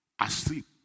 asleep